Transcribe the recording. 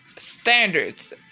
standards